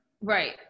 Right